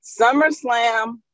SummerSlam